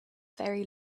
very